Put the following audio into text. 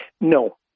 No